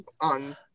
on